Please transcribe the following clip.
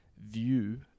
view